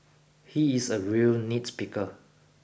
he is a real nitpicker